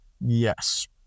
Yes